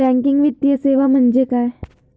Banking वित्तीय सेवा म्हणजे काय?